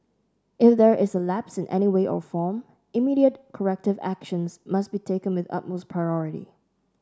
if there is a lapse in any way or form immediate corrective actions must be taken with utmost priority